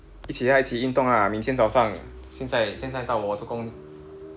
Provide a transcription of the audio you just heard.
一起啊一起运动啊每天早上现在现在到我做工